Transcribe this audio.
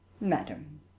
Madam